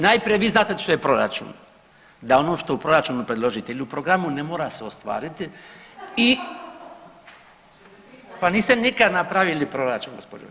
Najprije vi znate što je proračun, da ono što u proračunu predložite ili u programu ne mora se ostvariti i …/Smijeh/…, pa niste nikad napravili proračun gđo.